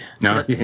no